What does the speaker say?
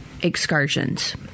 excursions